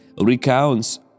recounts